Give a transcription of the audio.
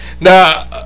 Now